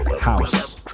house